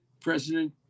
President